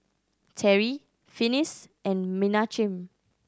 Terri Finis and Menachem